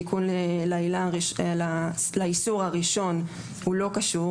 תיקון לאיסור הראשון לא קשור,